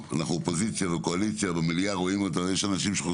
אופוזיציה וקואליציה; יש אנשים שרואים אותנו